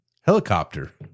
Helicopter